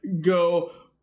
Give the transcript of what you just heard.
go